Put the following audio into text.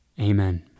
Amen